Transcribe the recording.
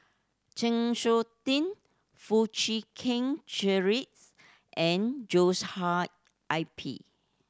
Chng Seok Tin Foo Chee Keng Cedric and Joshua I P